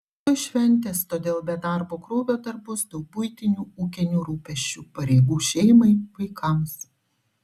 tuoj šventės todėl be darbo krūvio dar bus daug buitinių ūkinių rūpesčių pareigų šeimai vaikams